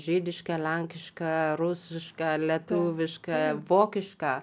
žydiška lenkiška rusiška lietuviška vokiška